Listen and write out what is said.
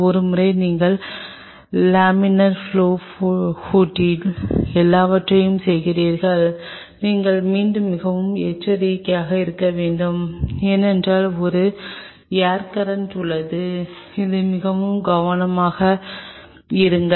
ஒருமுறை நீங்கள் laminar flow ஹூட்டில் எல்லாவற்றையும் செய்கிறீர்கள் நீங்கள் மீண்டும் மிகவும் எச்சரிக்கையாக இருக்க வேண்டும் ஏனென்றால் ஒரு ஏர் கரண்ட் உள்ளது இது மிகவும் கவனமாக இருங்கள்